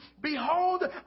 Behold